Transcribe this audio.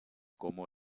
como